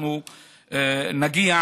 אנחנו נגיע